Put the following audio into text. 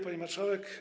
Pani Marszałek!